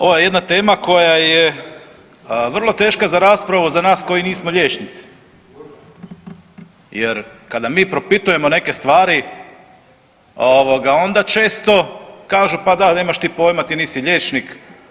Ovo je jedna tema koja je vrlo teška za raspravu za nas koji nismo liječnici jer kada mi propitujemo neke stvari ovoga onda često kažu pa da nemaš ti pojma, ti nisi liječnik.